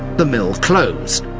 the mill closed.